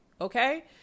Okay